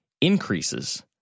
increases